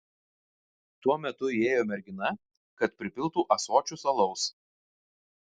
tuo metu įėjo mergina kad pripiltų ąsočius alaus